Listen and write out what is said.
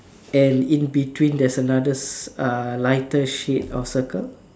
and in between there's another s~ uh lighter shade or circle